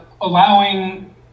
allowing